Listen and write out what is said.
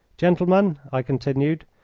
gentlemen, i continued,